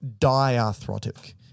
diarthrotic